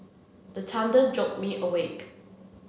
the thunder jolt me awake